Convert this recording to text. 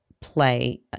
play